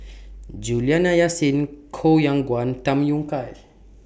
Juliana Yasin Koh Yong Guan Tham Yui Kai